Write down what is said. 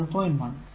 1